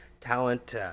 talent